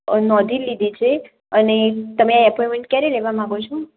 અ નોંધી લીધી છે અને તમે એપોઇન્મેન્ટ ક્યારે લેવા માગો છો